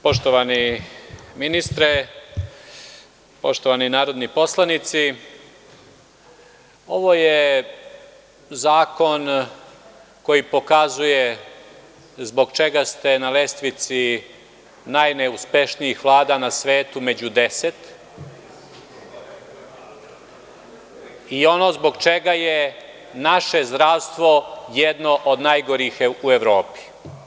Poštovani ministre, poštovani narodni poslanici, ovo je zakon koji pokazuje zbog čega ste na lestvici najneuspešnijih Vlada na svetu, među deset i ono zbog čega je naše zdravstvo jedno od najgorih u Evropi.